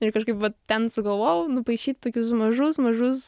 ir kažkaip va ten sugalvojau nupaišyt tokius mažus mažus